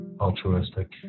altruistic